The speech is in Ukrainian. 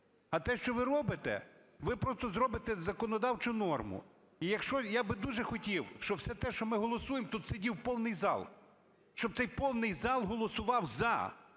А те, що ви робите, ви просто зробите законодавчу норму. І якщо, я би дуже хотів, щоб все те, що ми голосуємо, тут сидів повний зал, щоб цей повний зал голосував "за".